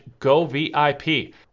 govip